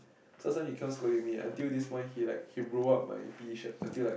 so he keep on scolding until this morning he like he roll up my P_E shirt until like